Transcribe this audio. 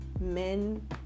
men